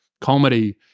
Comedy